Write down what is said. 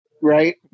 Right